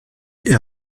est